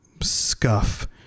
scuff